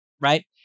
right